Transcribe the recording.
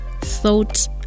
thought